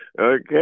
Okay